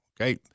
okay